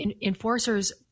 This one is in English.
enforcers